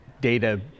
data